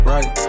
Right